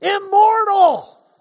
Immortal